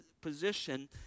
position